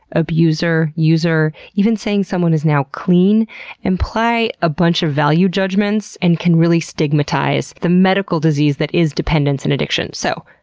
abuser, user and even saying someone is now clean imply a bunch of value judgements and can really stigmatize the medical disease that is dependence and addiction. so,